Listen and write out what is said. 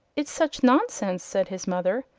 it's such nonsense! said his mother.